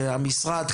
כדי שהמשרד,